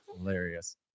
hilarious